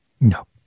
No